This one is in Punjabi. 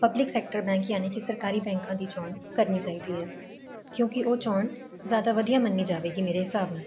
ਪਬਲਿਕ ਸੈਕਟਰ ਬੈਂਕ ਯਾਨੀ ਕਿ ਸਰਕਾਰੀ ਬੈਂਕਾਂ ਦੀ ਚੋਣ ਕਰਨੀ ਹੈ ਕਿਉਂਕਿ ਉਹ ਚੋਣ ਜ਼ਿਆਦਾ ਵਧੀਆ ਮੰਨੀ ਜਾਵੇਗੀ ਮੇਰੇ ਹਿਸਾਬ ਨਾਲ